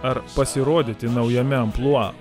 ar pasirodyti naujame amplua